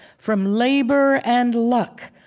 from labor and luck,